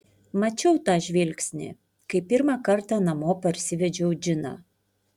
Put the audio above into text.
mačiau tą žvilgsnį kai pirmą kartą namo parsivedžiau džiną